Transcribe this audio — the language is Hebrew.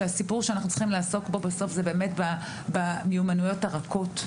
שהסיפור שאנחנו צריכים לעסוק בו בסוף זה במיומנות הרכות.